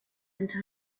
into